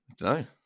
no